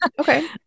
Okay